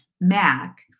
Mac